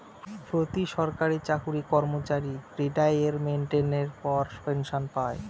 প্রতি সরকারি চাকরি কর্মচারী রিটাইরমেন্টের পর পেনসন পায়